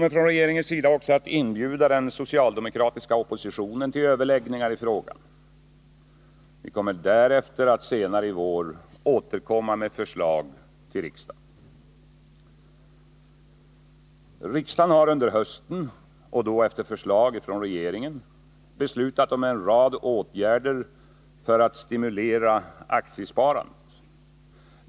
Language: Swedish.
Regeringen kommer också att inbjuda den socialdemokratiska oppositionen till överläggningar i frågan. Vi kommer därefter att senare i vår återkomma med förslag till riksdagen. Riksdagen har under hösten, efter förslag från regeringen, beslutat om en rad åtgärder för att stimulera aktiesparandet.